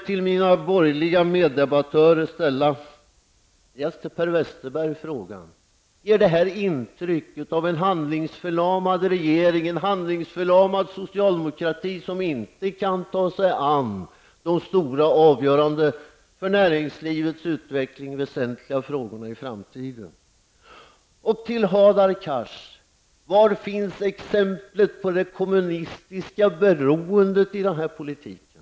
Till mina borgerliga meddebattörer, främst till Per Westerberg, ställer jag frågan: Ger detta intryck av en handlingsförlamad regering och socialdemokrati som inte kan ta sig an de för näringslivet stora och avgörande frågorna i framtiden? Var finns, Hadar Cars, exemplet på det kommunistiska beroendet i den här politiken?